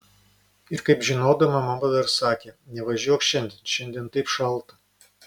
ir kaip žinodama mama dar sakė nevažiuok šiandien šiandien taip šalta